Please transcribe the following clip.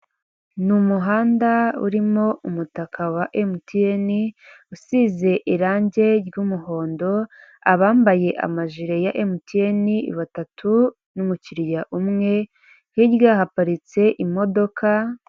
Ni umuhanda urimo umutaka wa emutiyeni ( MTN) usize irangi ry'umuhondo ,abambaye amajire ya emutiyeni (MTN) batatu n'umukiriya umwe hirya haparitse imodoka.